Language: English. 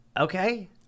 okay